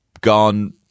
gone